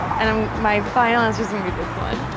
and um my final answer's gonna be this one.